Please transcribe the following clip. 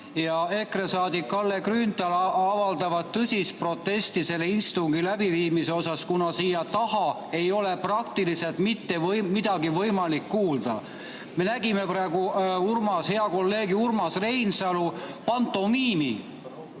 ja EKRE liige Kalle Grünthal avaldavad tõsist protesti selle istungi läbiviimisega seoses, kuna siia taha ei ole praktiliselt mitte midagi kuulda. Me nägime praegu hea kolleegi Urmas Reinsalu pantomiimi,